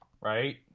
right